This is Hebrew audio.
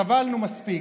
סבלנו מספיק.